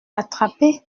attraper